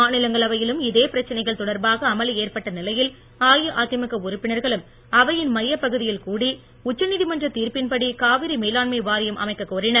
மாநிலங்களவையிலும் இதே பிரச்சனைகள் தொடர்பாக அமளி ஏற்பட்ட நிலையில் அஇஅதிமுக உறுப்பினர்களும் அவையின் மையப் பகுதியில் கூடி உச்சநீதமன்ற திர்ப்பின்படி காவிரி மேலாண்மை வாரியம் அமைக்க கோரினர்